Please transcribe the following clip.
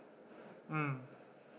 mm